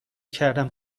کردم